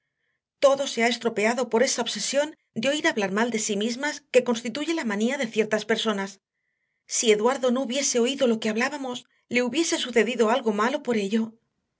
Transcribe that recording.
todo se ha estropeado por esa obsesión de oír hablar mal de sí mismas que constituye la manía de ciertas personas si eduardo no hubiese oído lo que hablábamos le hubiese sucedido algo malo por ello